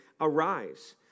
arise